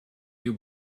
you